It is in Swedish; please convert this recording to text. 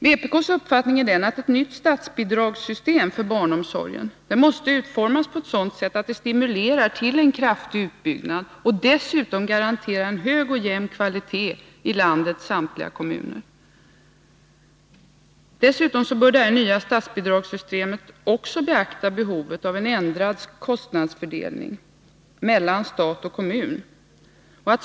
Vpk:s uppfattning är, att ett nytt statsbidragssystem för barnomsorgen måste utformas på ett sådant sätt att det stimulerar till en kraftig utbyggnad och dessutom garanterar en hög och jämn kvalitet i landets samtliga kommuner. Vidare bör ett sådant nytt statsbidragssystem också beakta behovet av en ändrad kostnadsfördelning mellan stat och kommun.